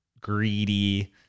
greedy